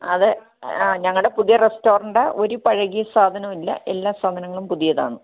അത് ആ ഞങ്ങളുടെ പുതിയ റെസ്റ്റോറൻറ് ആണ് ഒരു പഴകിയ സാധനവും ഇല്ല എല്ലാ സാധനങ്ങളും പുതിയതാണ്